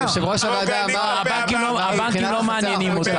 יושב-ראש הוועדה שהבנקים לא מעניינים אותנו,